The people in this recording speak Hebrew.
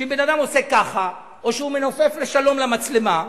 שאם בן-אדם עושה ככה, או שהוא מנופף לשלום למצלמה,